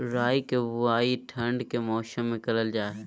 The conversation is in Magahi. राई के बुवाई ठण्ड के मौसम में करल जा हइ